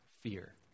fear